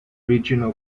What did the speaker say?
regional